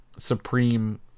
supreme